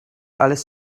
alles